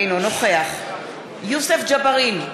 אינו נוכח יוסף ג'בארין,